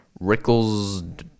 Rickles